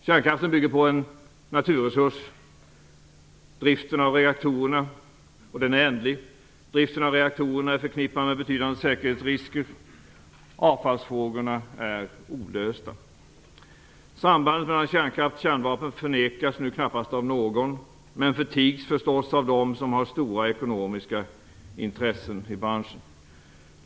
Kärnkraften bygger på en ändlig naturresurs, driften av reaktorerna är förknippad med betydande säkerhetsrisker och avfallsfrågorna är olösta. Sambandet mellan kärnkraft och kärnvapen förnekas nu knappast av någon men förtigs förstås av dem som har stora ekonomiska intressen i branschen.